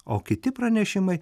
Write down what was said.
o kiti pranešimai